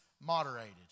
moderated